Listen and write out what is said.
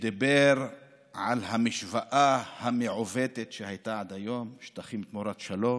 שדיבר על המשוואה המעוותת שהייתה עד היום: שטחים תמורת שלום,